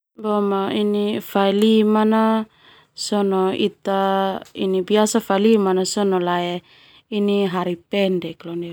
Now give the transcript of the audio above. Fai lima na sona ita biasa lae hari pendek.